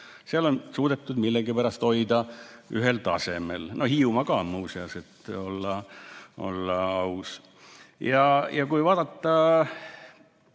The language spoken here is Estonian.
seal on suudetud millegipärast hoida ühel tasemel. Hiiumaa ka, muuseas, et olla aus. Nii et kui vaadata,